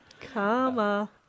Karma